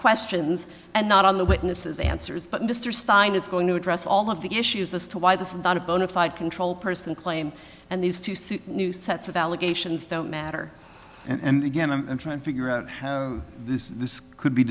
questions and not on the witnesses answers but mr stein is going to address all of the issues this to why this is not a bona fide control person claim and these two suit new sets of allegations don't matter and again i'm trying to figure out how this could be